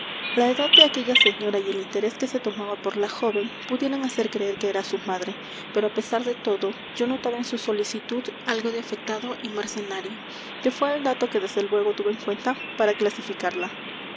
la edad de aquella señora y el interés que se tomaba por la joven pudieran hacer creer que era su madre pero á pesar de todo yo notaba en su solicitud algo de afectado y mercenario que fué el dato que desde luego tuve en cuenta para clasificarla